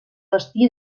vestir